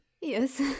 yes